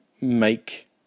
make